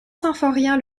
symphorien